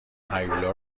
هیولا